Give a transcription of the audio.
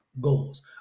goals